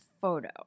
photo